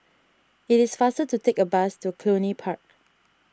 it is faster to take a bus to Cluny Park